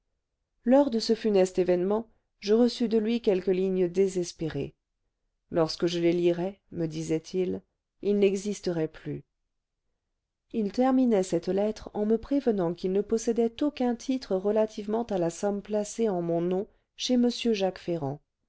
lors de ce funeste événement je reçus de lui quelques lignes désespérées lorsque je les lirais me disait-il il n'existerait plus il terminait cette lettre en me prévenant qu'il ne possédait aucun titre relativement à la somme placée en mon nom chez m jacques ferrand